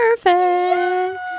perfect